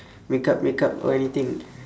makeup makeup or anything